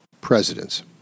presidents